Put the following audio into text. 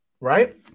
right